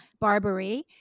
Barbary